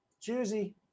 Juicy